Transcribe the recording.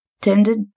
tended